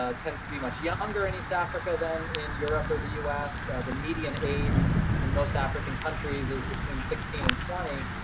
ah tends to be much younger in east africa then in europe or the us. the median age in most african countries is between sixteen and twenty.